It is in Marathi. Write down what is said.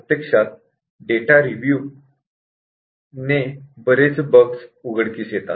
प्रत्यक्षात डेटा रिव्यू ने प्रत्यक्षात बरेच बग उघडकीस येतात